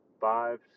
five